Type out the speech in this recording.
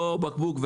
לא בקבוק,